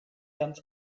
ganz